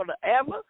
forever